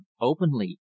openly